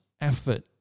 effort